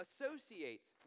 associates